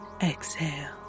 exhale